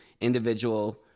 individual